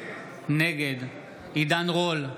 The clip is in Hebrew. נגד עידן רול,